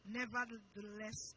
nevertheless